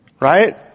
Right